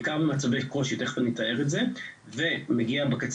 בעיקר במצבים של קושי ותיכף אני אתאר את זה ומגיע בקצה